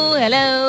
hello